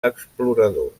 explorador